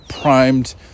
primed